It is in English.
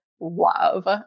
love